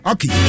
Okay